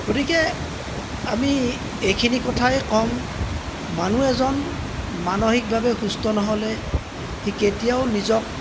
গতিকে আমি এইখিনি কথাই ক'ম মানুহ এজন মানসিকভাৱে সুস্থ নহ'লে সি কেতিয়াও নিজক